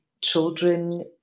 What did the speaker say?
children